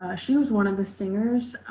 ah she was one of the singers